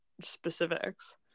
specifics